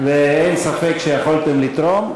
ואין ספק שיכולתם לתרום.